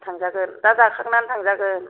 थांजागोन दा जाखांनानै थांजागोन